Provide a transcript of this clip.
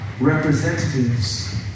representatives